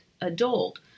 adult